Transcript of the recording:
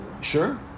Sure